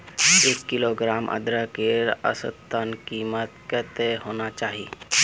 एक किलोग्राम अदरकेर औसतन कीमत कतेक होना चही?